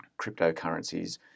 cryptocurrencies